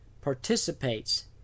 participates